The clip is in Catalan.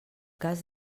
cas